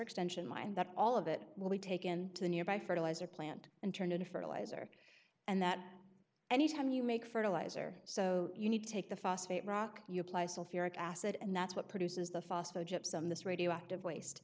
extension mind that all of it will be taken to a nearby fertilizer plant and turn into fertilizer and that any time you make fertilizer so you need to take the phosphate rock you apply sulfuric acid and that's what produces the fosco gypsum this radioactive waste